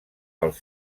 pels